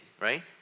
right